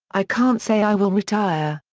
i can't say i will retire.